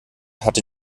hatte